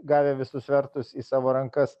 gavę visus svertus į savo rankas